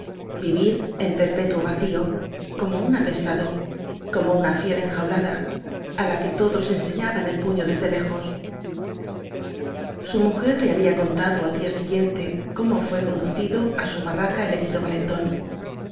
vivir en perpetuo vacío como un apestado como una fiera enjaulada á la que todos enseñaban el puño desde lejos su mujer le había contado al día siguiente o cómo fué con ducido á su ba rraca el herido valentón